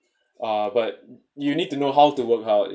uh but you need to know how to work hard